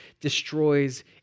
destroys